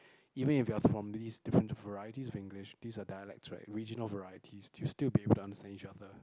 even if you're from these different varieties of English these are dialects right original varieties you still be able to understand each other